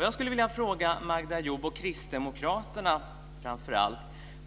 Jag skulle vilja fråga Magda Ayoub och kristdemokraterna: